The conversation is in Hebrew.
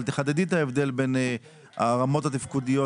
אבל תחדדי את ההבדל בין הרמות התפקודיות,